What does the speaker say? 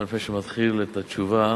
לפני שאני מתחיל את התשובה,